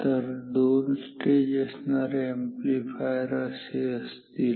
तर दोन स्टेज असणारे अॅम्प्लीफायर असे असतील